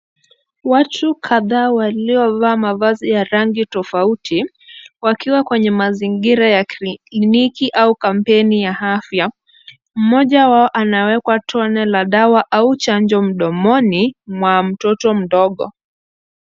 Watu kadhaa waliovaa mavazi ya rangi tofauti wakiwa kwenye mazingira ya kliniki au kampeni ya afya. Mmoja wao anawekwa tone la dawa au chanjo mdomoni nwa mtoto mdogo.